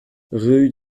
rue